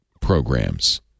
programs